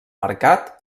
mercat